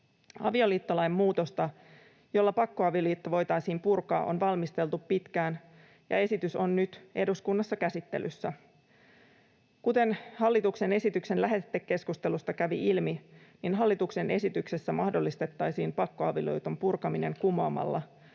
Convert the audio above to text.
Avioliittolain muutosta, jolla pakkoavioliitto voitaisiin purkaa, on valmisteltu pitkään, ja esitys on nyt eduskunnassa käsittelyssä. Kuten hallituksen esityksen lähetekeskustelusta kävi ilmi, hallituksen esityksessä mahdollistettaisiin pakkoavioliiton purkaminen kumoamalla,